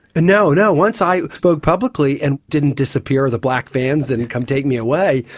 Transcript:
and no, no. once i spoke publicly and didn't disappear or the black vans didn't come take me away,